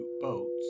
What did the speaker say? boats